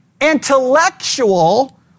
Intellectual